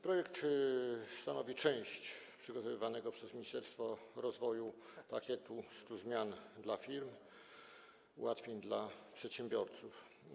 Projekt stanowi część przygotowywanego przez Ministerstwo Rozwoju pakietu 100 zmian dla firm, ułatwień dla przedsiębiorców.